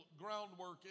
groundwork